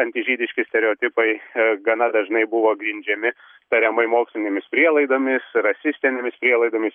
antižydiški stereotipai gana dažnai buvo grindžiami tariamai mokslinėmis prielaidomis rasistinėmis prielaidomis